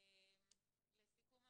לסיכום.